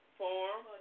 form